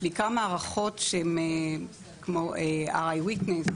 בעיקר מערכות שהןRI Witness ,